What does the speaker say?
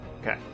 Okay